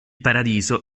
paradiso